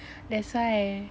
that's why